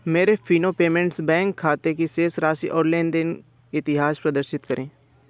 मेरे Fino payments bank खाते की शेष राशि और लेन देन इतिहास प्रदर्शित करें